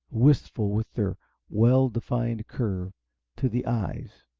wistful with their well defined curve to the eyes,